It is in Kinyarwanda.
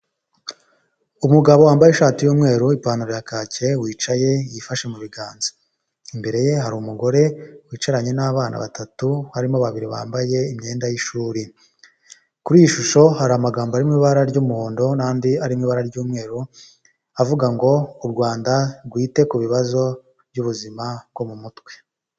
Umugabo wambaye ishati y'umweru ipantaro ya kake wicaye yifashe mu biganza imbere ye hari umugore wicaranye n'abana batatu barimo babiri bambaye imyenda y'ishuri kuri iyi shusho hari amagambo arimo ibara ry'umuhondo n'andi arimo ibara ry'umweru avuga ngo u Rwanda rwite ku bibazo by'ubuzima bwo mu mutwe.